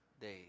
days